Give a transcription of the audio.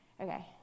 Okay